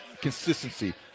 consistency